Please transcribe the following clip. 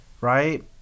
right